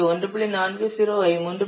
40 ஐ 3